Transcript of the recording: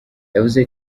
yavuze